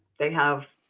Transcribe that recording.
they have